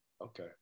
okay